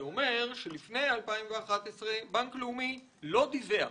זה אומר שלפני 2011 בנק לאומי לא דיווח